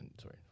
Sorry